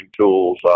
tools